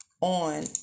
on